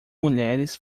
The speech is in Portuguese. mulheres